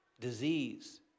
disease